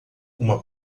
uma